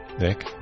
Nick